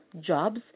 jobs